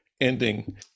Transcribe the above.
ending